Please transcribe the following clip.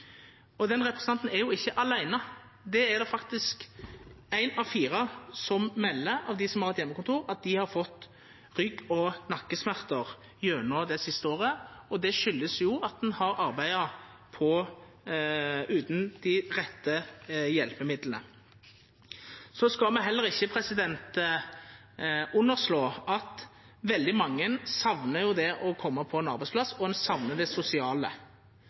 Den representanten er ikkje åleine. Det er faktisk éin av fire av alle som har heimekontor, som melder at dei har fått rygg- og nakkesmerter gjennom det siste året, og det er på grunn av at ein har arbeidd utan dei rette hjelpemidla. Me skal heller ikkje underslå at veldig mange saknar det å koma på ein arbeidsplass, og ein saknar det sosiale.